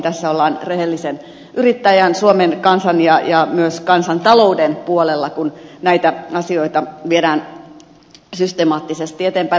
tässä ollaan rehellisen yrittäjän suomen kansan ja myös kansantalouden puolella kun näitä asioita viedään systemaattisesti eteenpäin